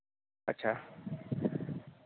अच्छा